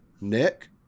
Nick